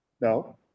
No